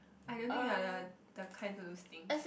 I don't think you're the the kind to lose things